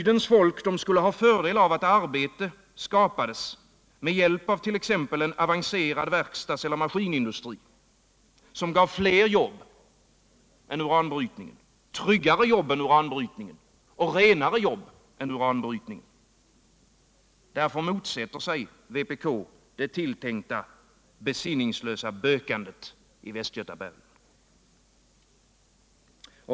Det skulle vara till fördel för bygdens folk om arbete skapades med hjälp av t.ex. en avancerad verkstads eller maskinindustri, som gav fler jobb än uranbrytningen, tryggare jobb än uranbrytningen och renare jobb än uranbrytningen. Därför motsätter sig vpk det tilltänkta besinningslösa bökandet i Västgötabergen.